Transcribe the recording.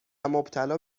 مبتلا